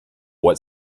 what